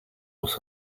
was